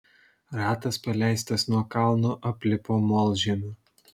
ratas paleistas nuo kalno aplipo molžemiu